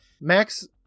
Max